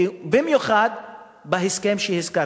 במיוחד בהסכם שהזכרתי.